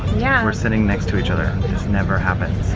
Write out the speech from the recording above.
yeah. we're sitting next to each other. it's never happened.